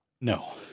No